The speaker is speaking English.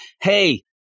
hey